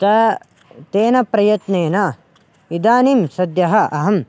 त तेन प्रयत्नेन इदानीं सद्यः अहं